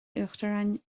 uachtaráin